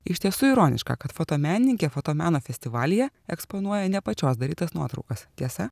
iš tiesų ironiška kad fotomenininkė fotomeno festivalyje eksponuoja ne pačios darytas nuotraukas tiesa